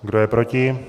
Kdo je proti?